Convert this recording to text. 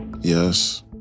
Yes